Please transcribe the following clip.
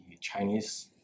Chinese